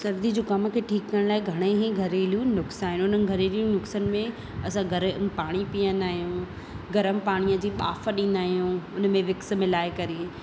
सर्दी जुखाम खे ठीकु करण लाइ घणा ई घरेलू नस्खा आहिनि उन्हनि घरेलू नुस्खनि में असां गरम पाणी पीअंदा आहियूं गरम पाणीअ जी भाप ॾींंदा आहियूं उन में विक्स मिलाए करे